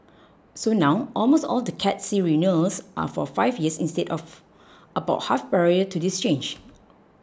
so now almost all the Cat C renewals are for five years instead of about half prior to this change